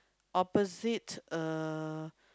opposite uh